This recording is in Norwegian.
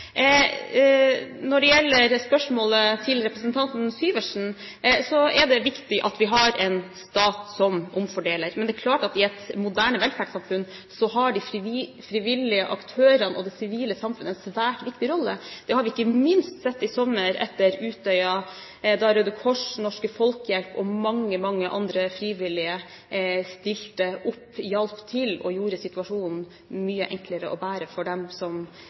Når det gjelder spørsmålet fra representanten Syversen, så er det viktig at vi har en stat som omfordeler. Men det er klart at i et moderne velferdssamfunn har de frivillige aktørene og det sivile samfunnet en svært viktig rolle. Det har vi ikke minst sett i sommer etter Utøya, da Røde Kors, Norsk Folkehjelp og mange, mange andre frivillige stilte opp, hjalp til og gjorde situasjonen mye enklere å bære for dem som